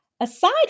aside